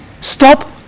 stop